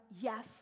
yes